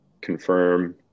confirm